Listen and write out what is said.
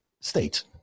state